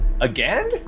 Again